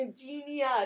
Genius